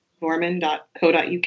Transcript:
norman.co.uk